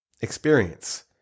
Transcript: experience